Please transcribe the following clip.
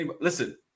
Listen